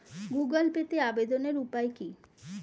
Google পেতে আবেদনের উপায় কি?